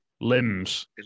limbs